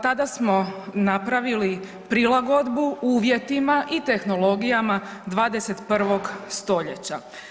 Tada smo napravili prilagodbu uvjetima i tehnologijama 21. st.